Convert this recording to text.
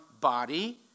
body